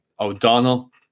O'Donnell